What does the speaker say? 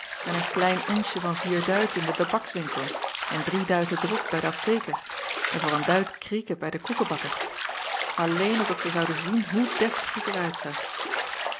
en een klein onsje van vier duiten in den tabakswinkel en drie duiten drop bij den apteeker en voor een duit krieken bij den koekebakker alleen opdat zij zouden zien hoe deftig ik er uitzag